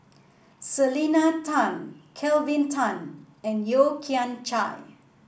Selena Tan Kelvin Tan and Yeo Kian Chye